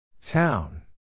Town